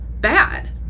bad